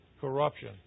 corruption